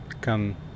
come